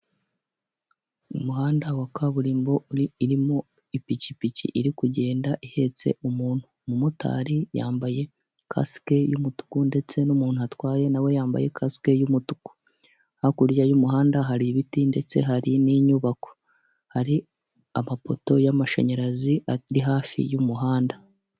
Umuhanda wa kaburimbo urimo ipikipiki iri kugenda ihetse umuntu. Umumotari yambaye kasike y'umutuku ndetse n'umuntu atwaye na we yambaye kasike y'umutuku. Hakurya y'umuhanda hari ibiti ndetse hari n'inyubako. Hari amapoto y'amashanyarazi ari hafi y'umuhanda.